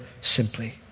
Simply